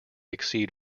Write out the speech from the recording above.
exceed